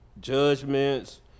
judgments